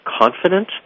confident